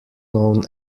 known